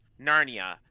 Narnia